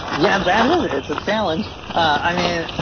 yeah that is, it's a challenge. i mean,